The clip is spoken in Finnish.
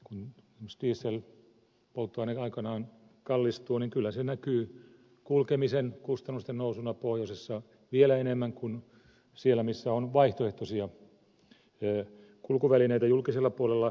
kun esimerkiksi dieselpolttoaine aikanaan kallistuu niin kyllä se näkyy kulkemisen kustannusten nousuna pohjoisessa vielä enemmän kuin siellä missä on vaihtoehtoisia kulkuvälineitä julkisella puolella ja kuljetuksissa se näkyy sitten tosi rajusti